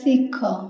ଶିଖ